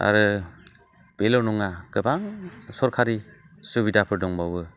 आरो बेल' नङा गोबां सरखारि सुबिदाफोर दंबावो